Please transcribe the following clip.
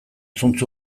zuntz